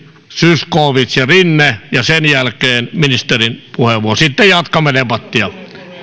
zyskowicz ja rinne sen jälkeen ministerin puheenvuoro sitten jatkamme debattia